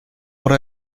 what